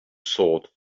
sword